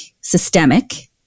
systemic